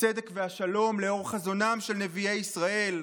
הצדק והשלום לאור חזונם של נביאי ישראל.